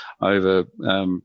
over